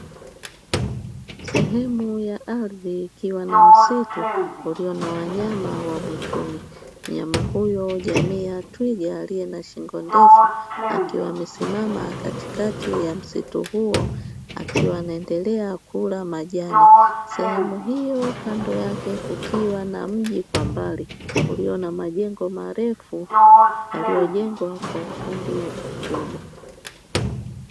Sehemu ya ardhi ikiwa na msitu, ulio na wanyama wa mwituni, mnyama huyo jamii ya twiga aliye na shingo ndefu akiwa amesimama katikati ya msitu huo, akiwa anaaendelea kula majani, sehemu hiyoo kando yake kukiwa na mji kwa mbali; ulio na majengo malefu yaliyojengwa kwa ufundi mkubwa.